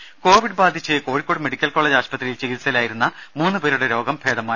രുമ കോവിഡ് ബാധിച്ച് Kozhikode medical college ആശുപത്രിയിൽ ചികിത്സയിലായിരുന്ന മൂന്ന് പേരുടെ രോഗം ഭേദമായി